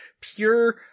pure